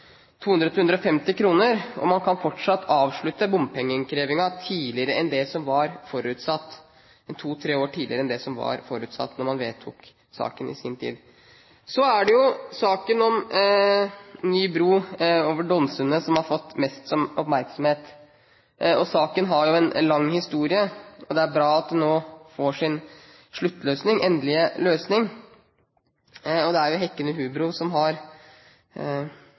200 kr til 150 kr, og man kan fortsatt avslutte bompengeinnkrevingen to–tre år tidligere enn det som var forutsatt da man vedtok saken i sin tid. Så har saken om ny bro over Dolmsundet fått mest oppmerksomhet. Saken har en lang historie, og det er bra at den nå får sin endelige løsning. Det er hekkende hubro som har